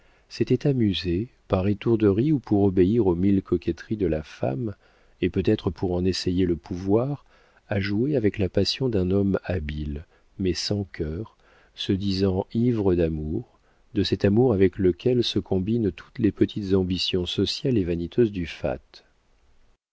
s'était amusée par étourderie ou pour obéir aux mille coquetteries de la femme et peut-être pour en essayer le pouvoir à jouer avec la passion d'un homme habile mais sans cœur se disant ivre d'amour de cet amour avec lequel se combinent toutes les petites ambitions sociales et vaniteuses